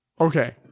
Okay